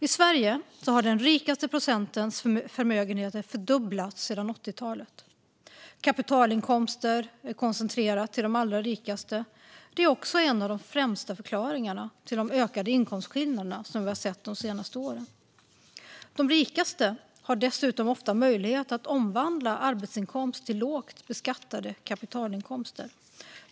I Sverige har den rikaste procentens förmögenheter fördubblats sedan 80-talet. Kapitalinkomster är koncentrerade till de allra rikaste. De är också en av de främsta förklaringarna till de ökade inkomstskillnader vi har sett de senaste åren. De rikaste har dessutom ofta möjlighet att omvandla arbetsinkomster till lågt beskattade kapitalinkomster.